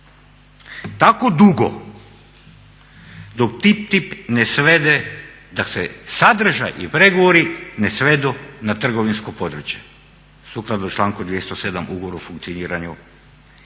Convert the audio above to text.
tako dugo dok TTIP ne svede da se sadržaj i pregovori ne svedu na trgovinsko područje, sukladno članku 207. Ugovora o funkcioniranju,